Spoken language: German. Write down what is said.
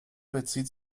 bezieht